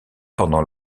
pendant